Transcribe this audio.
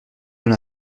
dans